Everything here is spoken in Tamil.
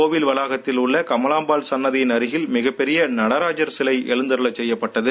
கோவில் வளாகத்திலுள்ள கமலாம்பாள் சன்னதி அருகில் மிகப்பெரிய நடராஜர் சிலை எழுந்தருளச் செய்யப்பட்டது